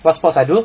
what sport I do